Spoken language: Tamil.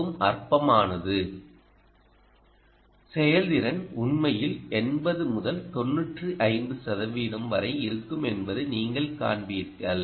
மிகவும் அற்பமானது செயல்திறன் உண்மையில் 80 முதல் 95 சதவிகிதம் வரை இருக்கும் என்பதை நீங்கள் காண்பீர்கள்